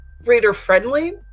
reader-friendly